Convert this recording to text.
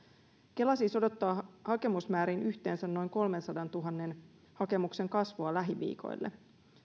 kela siis odottaa hakemusmääriin yhteensä noin kolmensadantuhannen hakemuksen kasvua lähiviikoille